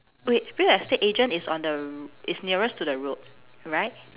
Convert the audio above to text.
wait real estate agent is on the r~ is nearest to the road right